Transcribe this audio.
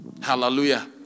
Hallelujah